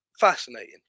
Fascinating